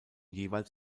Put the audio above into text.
jeweils